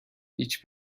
هیچ